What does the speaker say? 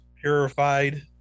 Purified